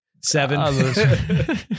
seven